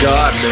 God